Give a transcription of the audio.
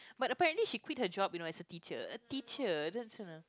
but apparently she quit her job you know as a teacher a teacher that's you know